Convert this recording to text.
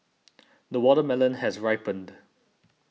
the watermelon has ripened